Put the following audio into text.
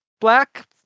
Black